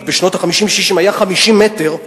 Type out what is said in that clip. בשנות ה-50 וה-60 היה 50 מטרים רבועים,